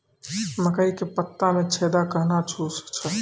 मकई के पत्ता मे छेदा कहना हु छ?